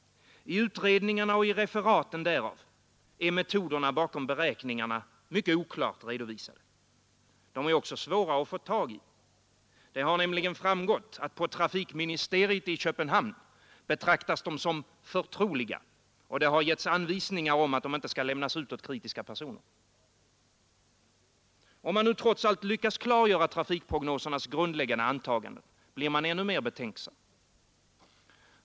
I utredningarna och i referaten därav är metoderna bakom beräkningarna mycket oklart redovisade. De är också svåra att få tag i. Det har nämligen framgått, att på trafikministeriet i Köpenhamn betraktas de som förtroliga och det har getts anvisningar om att de inte skall lämnas ut åt kritiska personer. Om man nu trots allt lyckas klargöra trafikprognosernas grundläggande antaganden, blir man ännu mer betänksam.